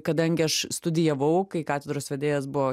kadangi aš studijavau kai katedros vedėjas buvo